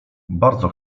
bardzo